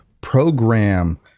program